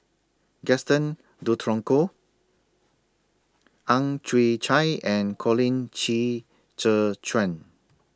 Gaston Dutronquoy Ang Chwee Chai and Colin Qi Zhe Quan